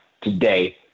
today